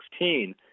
2016